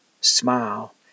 smile